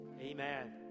Amen